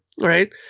right